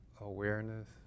awareness